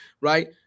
right